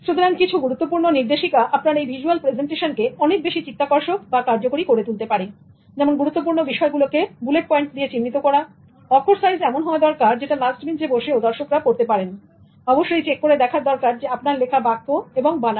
সুতরাং কিছু গুরুত্বপূর্ণ নির্দেশিকা আপনার ভিজুয়াল প্রেজেন্টেশনকে অনেক বেশি চিত্তাকর্ষক এবং কার্যকরী করে তুলতে পারে যেমন গুরুত্বপূর্ণ বিষয় গুলোকে বুলেট পয়েন্ট দিয়ে চিহ্নিত করা অক্ষর সাইজ এমন হওয়ার দরকার যেটা লাস্ট বেঞ্চে বসেও দর্শকরা পড়তে পারেন অবশ্যই চেক করে দেখার দরকার আপনার লেখা বাক্য এবং বানান